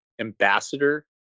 ambassador